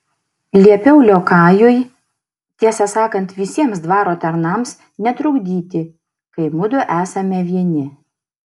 liepiau liokajui tiesą sakant visiems dvaro tarnams netrukdyti kai mudu esame vieni